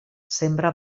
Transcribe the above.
sembra